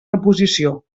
reposició